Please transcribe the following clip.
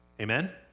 Amen